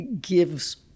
gives